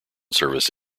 service